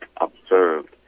observed